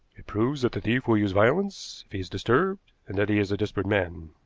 it proves that the thief will use violence if he is disturbed, and that he is a desperate man.